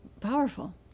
powerful